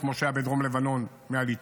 כמו שהיה בדרום לבנון מהליטני.